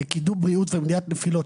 לקידום בריאות ומניעת נפילות,